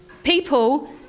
people